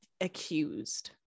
accused